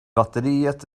batteriet